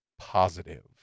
positive